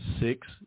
six